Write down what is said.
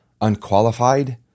unqualified